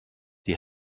die